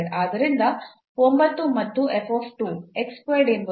ಆದ್ದರಿಂದ 9 ಮತ್ತು